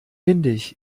windig